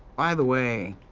by the way.